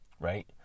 Right